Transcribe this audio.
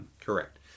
Correct